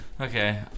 Okay